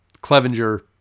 Clevenger